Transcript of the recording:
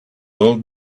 old